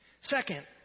Second